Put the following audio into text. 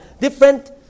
different